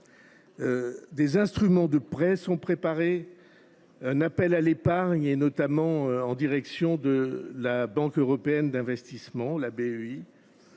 Des instruments de prêts sont préparés et un appel à l’épargne a été lancé, notamment en direction de la Banque européenne d’investissement (BEI).